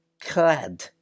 clad